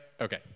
Okay